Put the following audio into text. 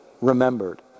remembered